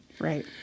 right